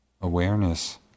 awareness